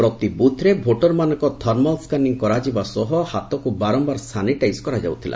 ପ୍ରତି ବୃଥ୍ରେ ଭୋଟର୍ମାନଙ୍କ ଥର୍ମାଲ୍ ସ୍କାନିଂ କରାଯିବା ସହ ହାତକ୍ର ବାରମ୍ଭାର ସାନିଟାଇଜ୍ କରାଯାଉଥିଲା